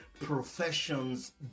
profession's